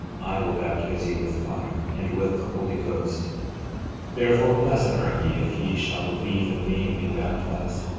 i will baptize you with fire and with the holy ghost therefore blessed are ye if ye shall believe in me and be baptized,